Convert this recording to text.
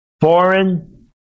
foreign